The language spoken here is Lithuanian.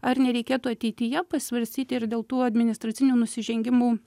ar nereikėtų ateityje pasvarstyti ir dėl tų administracinių nusižengimų